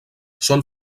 són